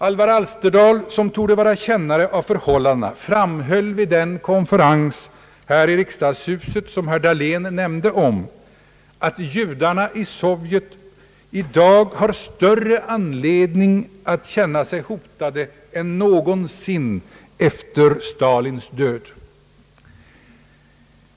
Alvar Alsterdal, som torde vara kännare av förhållandena, framhöll vid den konferens här i riksdagshuset, som herr Dahlén nämnde om, att judarna i Sovjet i dag har större anledning att känna sig hotade än någonsin efter Stalins död.